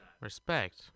Respect